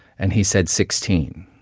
and he said, sixteen.